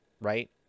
Right